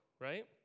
right